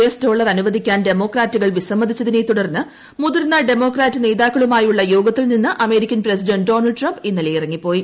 S dollar അനുവദിക്കാൻ ഡെമോക്രാറ്റുകൾ വിസമ്മതിച്ചതിന്നെ തുടർന്ന് മുതിർന്ന ഡെമോക്രാറ്റ് നേതാക്കളുമായുള്ള യോഗത്തിൽ നിന്ന് അമേരിക്കൻ പ്രസിഡന്റ് ഡോണൾഡ് ട്രംപ് ഇന്നലെ ഇറങ്ങിപ്പോയി